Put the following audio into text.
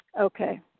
Okay